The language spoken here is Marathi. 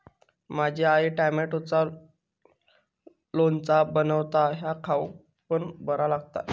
माझी आई टॉमॅटोचा लोणचा बनवता ह्या खाउक पण बरा लागता